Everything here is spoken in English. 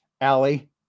Allie